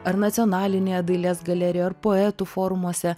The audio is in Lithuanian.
ar nacionalinėje dailės galerijoj ar poetų forumuose